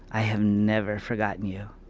i have never forgotten you.